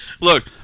Look